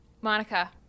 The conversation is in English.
Monica